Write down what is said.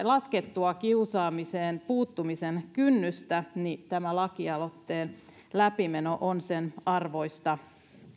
laskettua kiusaamiseen puuttumisen kynnystä niin tämän lakialoitteen läpimeno on sen arvoista